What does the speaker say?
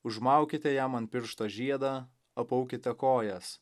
užmaukite jam ant piršto žiedą apaukite kojas